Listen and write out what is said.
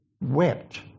wept